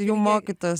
jau mokytas